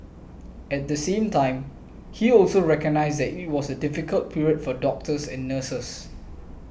at the same time he also recognised that it was a difficult period for doctors and nurses